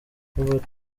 robert